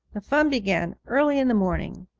the fun began early in the morning.